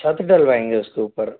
छत डलवाएंगे उसके ऊपर